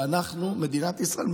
שמדינת ישראל,